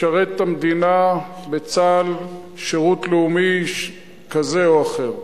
לשרת את המדינה בצה"ל, בשירות לאומי כזה או אחר.